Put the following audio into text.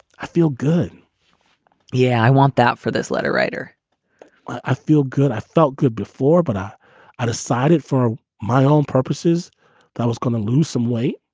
i feel good yeah, i want that for this letter writer i feel good. i felt good before, but i decided for my own purposes that was going to lose some weight.